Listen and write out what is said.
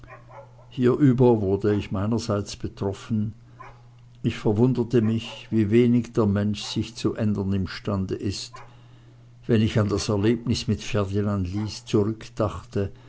hierüber wurde ich meinerseits betroffen ich verwunderte mich wie wenig der mensch sich zu ändern imstande ist wenn ich an das erlebnis mit ferdinand lys